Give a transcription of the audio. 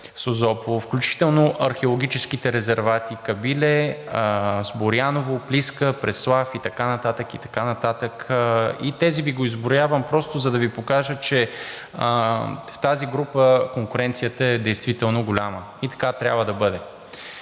Созопол, включително археологическите резервати „Кабиле“, „Сборяново“, „Плиска“, „Преслав“ и така нататък, и така нататък. Изброявам Ви ги просто за да Ви покажа, че в тази група конкуренцията е действително голяма и така трябва да бъде.